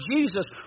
Jesus